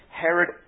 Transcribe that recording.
Herod